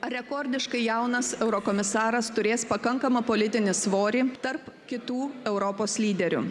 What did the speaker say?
rekordiškai jaunas eurokomisaras turės pakankamą politinį svorį tarp kitų europos lyderių